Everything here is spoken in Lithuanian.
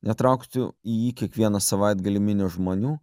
netrauktų į jį kiekvieną savaitgalį minios žmonių